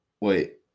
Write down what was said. Wait